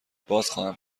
بازخواهم